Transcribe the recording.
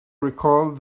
recalled